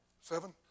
seven